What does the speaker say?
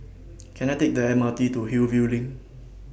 Can I Take The M R T to Hillview LINK